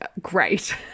great